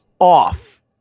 off